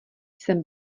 jsem